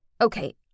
Okay